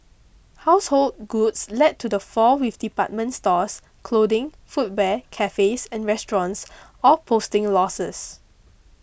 household goods led to the falls with department stores clothing footwear cafes and restaurants all posting losses